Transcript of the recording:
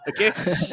okay